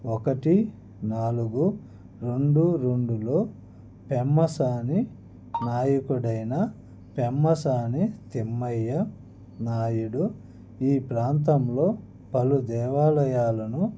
ఒకటి నాలుగు రెండు రెండులో పెమ్మసాని నాయకుడైన పెమ్మసాని తెమ్మయ్య నాయుడు ఈ ప్రాంతంలో పలు దేవాలయాలను